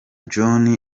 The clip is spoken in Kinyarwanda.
john